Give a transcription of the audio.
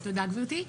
תודה, גברתי.